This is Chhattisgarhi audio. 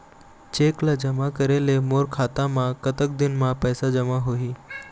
चेक ला जमा करे ले मोर खाता मा कतक दिन मा पैसा जमा होही?